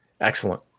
Excellent